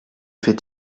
fais